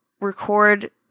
record